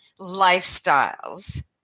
lifestyles